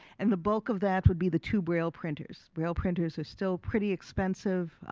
and the bulk of that would be the two braille printers. braille printers are still pretty expensive.